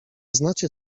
znacie